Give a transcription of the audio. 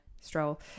stroll